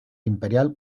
imperial